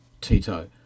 Tito